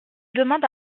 demande